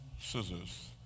scissors